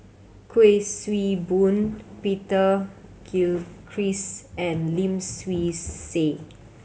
Kuik Swee Boon Peter Gilchrist and Lim Swee Say